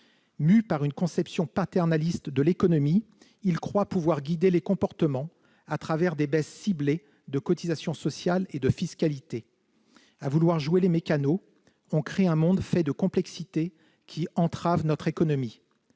Mus par une conception paternaliste de l'économie, ils croient pouvoir guider les comportements au travers de baisses ciblées de cotisations sociales et de fiscalité. À vouloir jouer au Meccano, on crée un monde de complexité qui entrave notre économie.